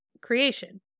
creation